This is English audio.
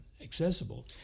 accessible